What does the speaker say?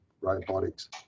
robotics